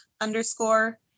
underscore